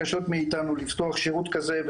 למרות שזה לא פעולה קלאסית.